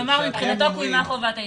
כלומר, מבחינתו קוימה חובת ההתייעצות.